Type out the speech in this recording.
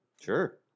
Sure